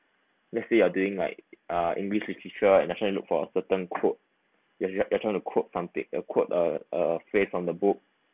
let's say you are doing like uh english literature and trying to look for a certain quote you tried you trying to quote something to quote a a phrase from the book